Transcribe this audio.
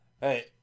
Hey